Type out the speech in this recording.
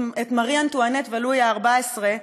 את מרי אנטואנט ולואי ה-14,